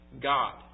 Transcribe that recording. God